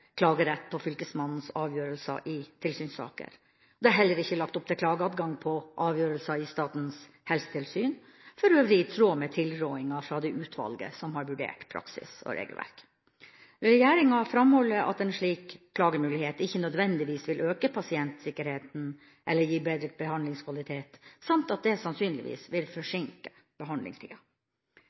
klagerett når det gjelder fylkesmannens avgjørelser i tilsynssaker. Det er heller ikke lagt opp til klageadgang når det gjelder avgjørelser i Statens helsetilsyn, for øvrig i tråd med tilrådinga fra det utvalget som har vurdert praksis og regelverk. Regjeringa framholder at en slik klagemulighet ikke nødvendigvis vil øke pasientsikkerheten eller gi bedre behandlingskvalitet, og at det sannsynligvis vil forsinke behandlingstida.